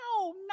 No